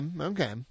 Okay